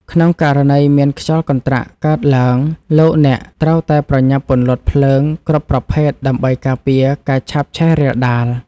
ក្នុងករណីមានខ្យល់កន្ត្រាក់កើតឡើង លោកអ្នកត្រូវតែប្រញាប់ពន្លត់ភ្លើងគ្រប់ប្រភេទដើម្បីការពារការឆាបឆេះរាលដាល។